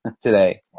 today